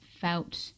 felt